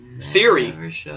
theory